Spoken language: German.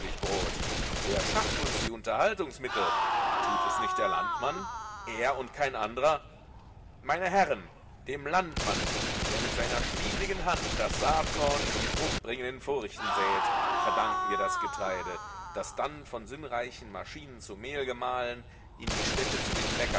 brot wer schafft uns die unterhaltungsmittel tut es nicht der landmann er und kein anderer meine herren dem landmann der mit seiner schwieligen hand das saatkorn in die fruchtbringenden furchen sät verdanken wir das getreide das dann von sinnreichen maschinen zu mehl gemahlen in die städte zu den